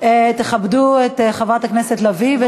תכבדו את חברת הכנסת לביא.